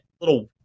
little